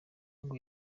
ngo